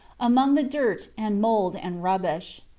among the dirt and mold and rubbish.